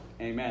Amen